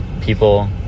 people